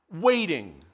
Waiting